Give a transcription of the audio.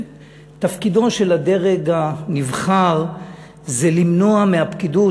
תפקידו של הדרג הנבחר זה למנוע מהפקידות,